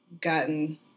gotten